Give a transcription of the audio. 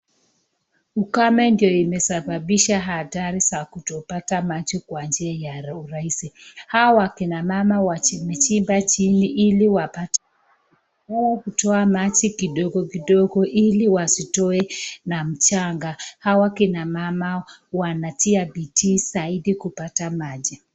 Ukame ndio imesababisha hatari za kutopata maji kwa njia ya ra urahisi hawa wakina mama wa chimbichimba chini ili wapate wao kutoa maji kidogo kidogo ili wasitoe na mchanga hawa kina mama wanatia bidii zaidi kupata maji